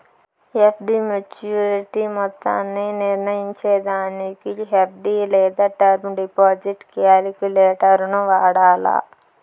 FD maturity మొత్తాన్ని నిర్నయించేదానికి FD లేదా టర్మ్ డిపాజిట్ కాలిక్యులేటరును వాడాల